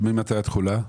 ממתי התחולה?